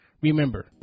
Remember